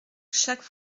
chaque